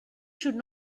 should